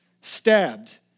stabbed